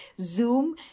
Zoom